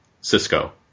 Cisco